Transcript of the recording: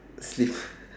sleep